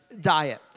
Diet